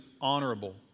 honorable